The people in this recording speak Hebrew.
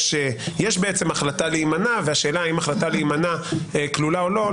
בעצם החלטה להימנע והשאלה אם ההחלטה להימנע כלולה או לא.